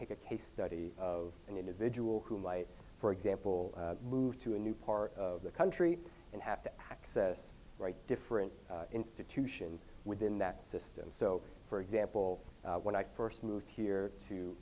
take a case study of an individual who might for example move to a new part of the country and have to access right different institutions within that system so for example when i first moved here to